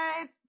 guys